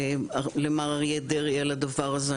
למר אריה דרעי על הדבר הזה.